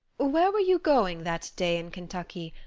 where were you going that day in kentucky,